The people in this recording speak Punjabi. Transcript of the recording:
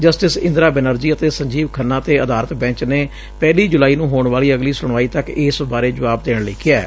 ਜਸਟਿਸ ਇੰਦਰਾ ਬੈਨਰਜੀ ਅਤੇ ਸੰਜੀਵ ਖੰਨਾ ਤੇ ਆਧਾਰਿਤ ਬੈਂਚ ਨੇ ਪਹਿਲੀ ਜੁਲਾਈ ਨੂੰ ਹੋਣ ਵਾਲੀ ਅਗਲੀ ਸੁਣਵਾਈ ਤੱਕ ਇਸ ਬਾਰੇ ਜੁਆਬ ਦੇਣ ਲਈ ਕਿਹੈ